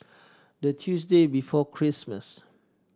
the Tuesday before Christmas